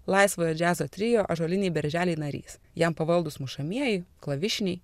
laisvojo džiazo trio ąžuoliniai berželiai narys jam pavaldūs mušamieji klavišiniai